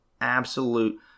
absolute